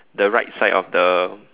the right side of the